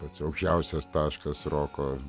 pats aukščiausias taškas roko